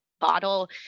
bottle